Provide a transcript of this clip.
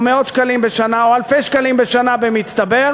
מאות שקלים בשנה או אלפי שקלים בשנה במצטבר,